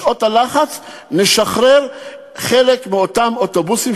בשעות הלחץ נשחרר חלק מאותם אוטובוסים,